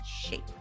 shape